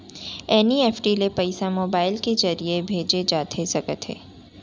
NEFT ले पइसा mobile के ज़रिए भेजे जाथे सकथे?